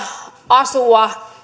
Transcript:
asua